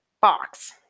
box